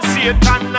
Satan